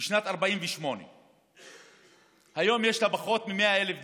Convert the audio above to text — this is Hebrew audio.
בשנת 1948. היום יש לה פחות מ-100,000 דונם,